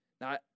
Now